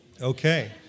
Okay